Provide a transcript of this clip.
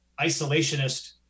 isolationist